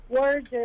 words